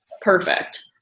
perfect